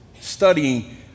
studying